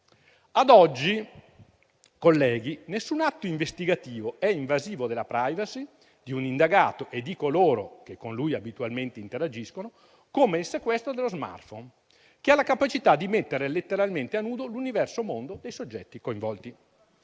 Ad oggi, colleghi, nessun atto investigativo è invasivo della *privacy* di un indagato e di coloro che con lui abitualmente interagiscono quanto il sequestro dello *smartphone*, che ha la capacità di mettere letteralmente a nudo l'universo mondo dei soggetti coinvolti.